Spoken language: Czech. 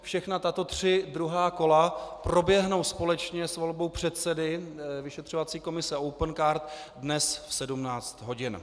Všechna tato tři druhá kola proběhnou společně s volbou předsedy vyšetřovací komise Opencard dnes v 17 hodin.